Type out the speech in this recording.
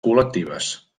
col·lectives